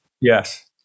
Yes